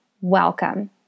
welcome